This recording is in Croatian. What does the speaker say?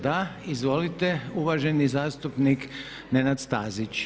Da izvolite uvaženi zastupnik Nenad Stazić.